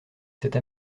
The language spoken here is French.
cette